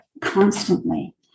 constantly